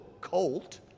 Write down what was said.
colt